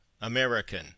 American